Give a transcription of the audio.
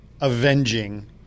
avenging